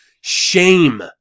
shame